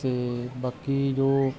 ਤੇ ਬਾਕੀ ਜੋ